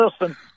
listen